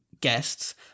guests